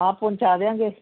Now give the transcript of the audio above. ਹਾਂ ਪਹੁੰਚਾ ਦਿਆਂਗੇ